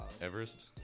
Everest